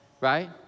Right